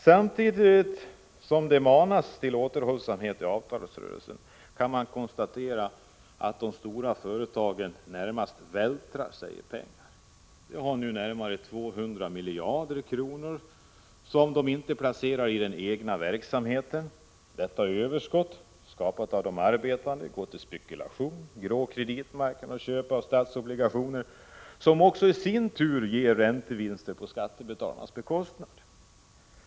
Samtidigt som det manas till återhållsamhet i avtalsrörelsen, kan vi konstatera att de stora företagen närmast vältrar sig i pengar. De har nära 200 miljarder kronor som de inte placerar i den egna verksamheten. Detta överskott — skapat av de arbetande — går till spekulation, grå kreditmarknad och köp av statsobligationer, som också ger stora räntevinster på skattebetalarnas bekostnad.